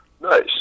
Nice